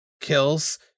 kills